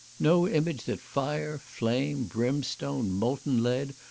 no image that fire, flame, brimestone, molten lead,